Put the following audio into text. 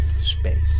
space